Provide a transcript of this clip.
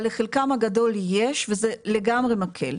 אבל לחלקם הגדול יש וזה לגמרי מקל.